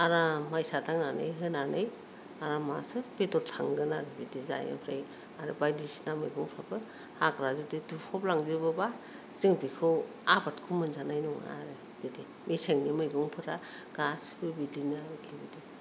आराम माइसा दांनानै होनानै आरामासो बेदर थांगोन आरो बिदि जायो ओमफ्राय आरो बायदिसिना मैगंफोराबो हाग्रा जुदि दुफबलांजोबोबा जों बेखौ आबादखौ मोनजानाय नङा आरो बिदि मेसेंनि मैगंफोरा गासैबो बिदिनो आरोखि